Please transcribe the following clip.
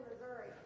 Missouri